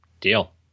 Deal